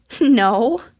No